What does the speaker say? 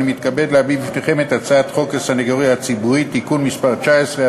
אני מתכבד להביא בפניכם את הצעת חוק הסנגוריה הציבורית (תיקון מס' 19),